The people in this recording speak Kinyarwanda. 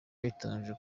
biteganijwe